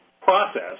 process